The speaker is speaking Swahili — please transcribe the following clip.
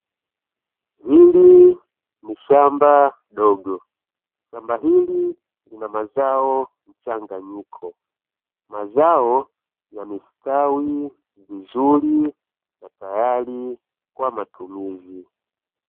Hili ni shamba dogo shamba hili lina mazao mchanganyiko, mazao yamestawi vizuri na tayari kwa matumizi.